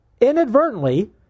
inadvertently